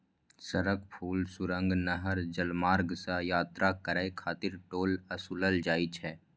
सड़क, पुल, सुरंग, नहर, जलमार्ग सं यात्रा करै खातिर टोल ओसूलल जाइ छै